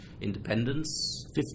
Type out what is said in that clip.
independence